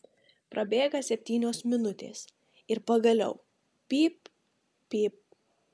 prabėga septynios minutės ir pagaliau pyp pyp